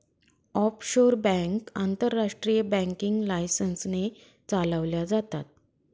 offshore bank आंतरराष्ट्रीय banking licence ने चालवल्या जातात